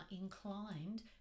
inclined